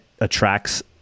attracts